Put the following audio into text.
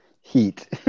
heat